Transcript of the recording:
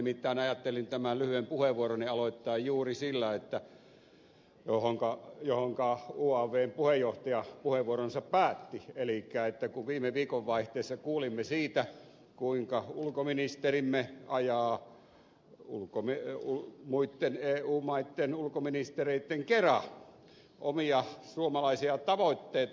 nimittäin ajattelin tämän lyhyen puheenvuoroni aloittaa juuri siitä mihinkä uavn puheenjohtaja puheenvuoronsa päätti elikkä viime viikonvaiheessa kuulimme siitä kuinka ulkoministerimme ajaa muitten eu maitten ulkoministereitten kera omia suomalaisia tavoitteita